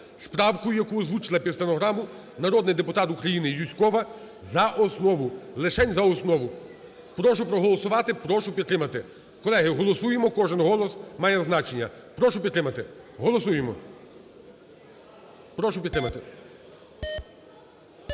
правкою, яку озвучила під стенограму народний депутат України Юзькова, за основу, лишень за основу. Прошу проголосувати. Прошу підтримати. Колеги, голосуємо, кожен голос має значення. Прошу підтримати. Голосуємо. Прошу підтримати.